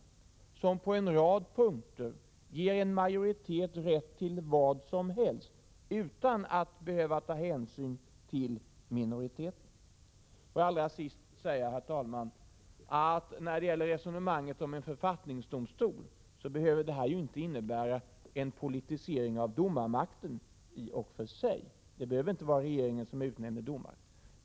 Författningen ger på en rad punkter en majoritet rätt till vad som helst utan att den behöver ta hänsyn till minoriteten. Herr talman! När det gäller resonemanget om en författningsdomstol vill jag allra sist säga att en sådan i och för sig inte behöver innebära en politisering av domarmakten. Det behöver inte vara regeringen som utnämner domare.